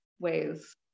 ways